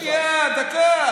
רק שנייה, דקה.